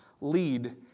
lead